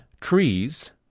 trees